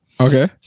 Okay